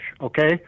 Okay